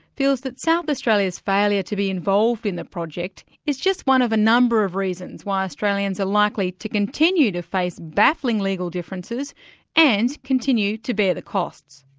feels that south australia's failure to be involved in the project is just one of the number of reasons why australians are likely to continue to face baffling legal differences and continue to bear the costs.